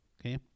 okay